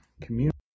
community